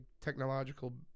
technological